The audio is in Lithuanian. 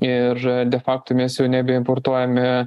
ir de fakto mes jau nebeimportuojame